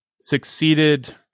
succeeded